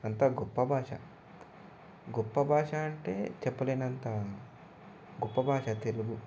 అంత గొప్ప భాష గొప్ప భాష అంటే చెప్పలేనంత గొప్ప భాష తెలుగు